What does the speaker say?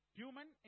human